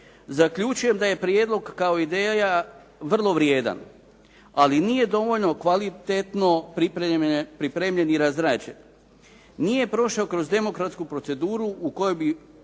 zaključujem da je prijedlog kao ideja vrlo vrijedan, ali nije dovoljno kvalitetno pripremljen i razrađen. Nije prošao kroz demokratsku proceduru u kojoj bi branitelji